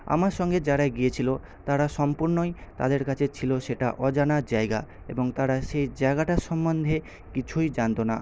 আমার সঙ্গে যারা গিয়েছিল তারা সম্পূর্ণই তাদের কাছে ছিল সেটা অজানা জায়গা এবং তারা সেই জায়গাটার সম্বন্ধে কিছুই জানতো না